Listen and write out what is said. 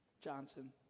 Johnson